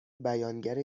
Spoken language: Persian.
بیانگر